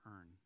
earn